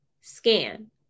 scan